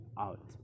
out